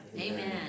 Amen